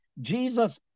Jesus